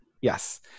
Yes